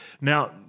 Now